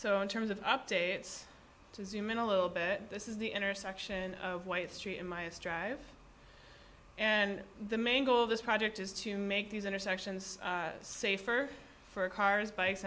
so in terms of updates to zoom in a little bit this is the intersection of white street in my drive and the main goal of this project is to make these intersections safer for cars